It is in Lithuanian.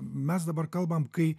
mes dabar kalbam kai